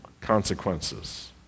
consequences